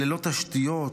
ללא תשתיות,